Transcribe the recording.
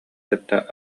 кытта